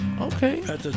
okay